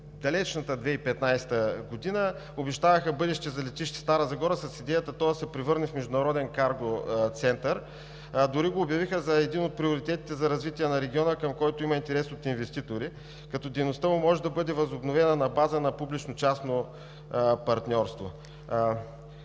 далечната 2015 г. обещаваха бъдеще за летище Стара Загора, с идеята то да се превърне в международен карго център. Дори го обявиха за един от приоритетите за развитие на региона, към който има интерес от инвеститори, като дейността му може да бъде възобновена на база на публично-частно партньорство.